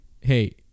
Hey